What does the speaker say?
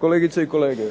potpredsjedniče,